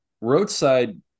roadside